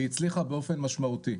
היא הצליחה באופן משמעותי,